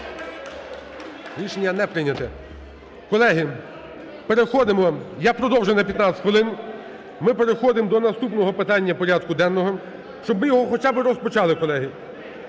Рішення не прийнято. Колеги, переходимо… Я продовжую на 15 хвилин. Ми переходимо до наступного питання порядку денного, щоб ми його хоча б розпочали, колеги.